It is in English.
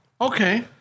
okay